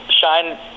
Shine